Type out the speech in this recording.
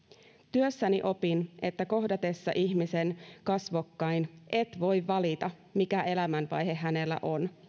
työssäni opin että kohdatessa ihmisen kasvokkain et voi valita mikä elämänvaihe hänellä on